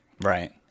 Right